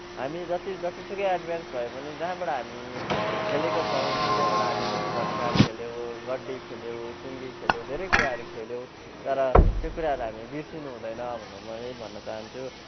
हामी जति जतिसुकै एडभान्स भए पनि जहाँबाट हामी खेलेका छौँ जुन चाहिँबाट हामी जस्तो धनुकाँड खेल्यौँ गड्डी खेल्यौँ चुङ्गी खेल्यौँ धेरै कुराहरू खेल्यौँ तर त्यो कुराहरूलाई हामी बिर्सिनु हुँदैन भनेर म यही भन्न चाहन्छु